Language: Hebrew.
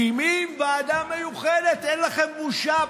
מקימים ועדה מיוחדת, אין לכם בושה?